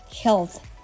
health